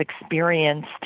experienced